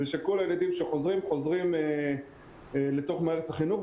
כדי שכל הילדים ירגישו שהם חוזרים ללמוד בתוך מערכת החינוך,